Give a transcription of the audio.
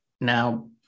now